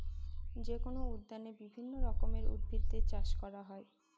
যেকোনো উদ্যানে বিভিন্ন রকমের উদ্ভিদের চাষ করা হয়